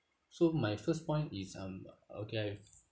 so my first point is um okay I have